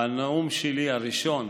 והנאום הראשון